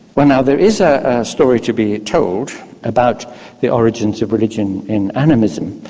well now there is a story to be told about the origins of religion in animism.